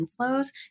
inflows